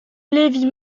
lévis